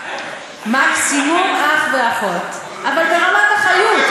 מקסימום אח ואחות, אבל ברמת אחיוּת,